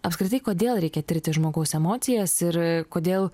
apskritai kodėl reikia tirti žmogaus emocijas ir kodėl